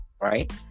right